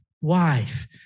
wife